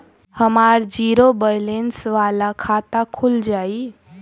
हमार zero balance वाला खाता खुल जाई?